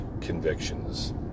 convictions